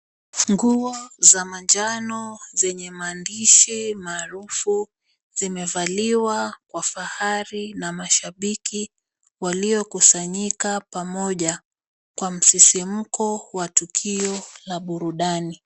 Nguo za manjano zenye maandishi maarufu zimevaliwa kwa fahari na mashabiki waliokusanyika pamoja kwa msisimko wa tukio la burudani.